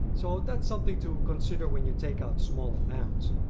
so that's something to consider when you take out small amounts.